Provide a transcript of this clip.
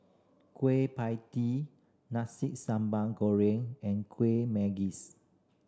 Kueh Pie Tee nasi samban goreng and kueh